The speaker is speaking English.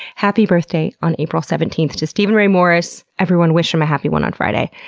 happy birthday on april seventeenth to steven ray morris. everyone wish him a happy one on friday.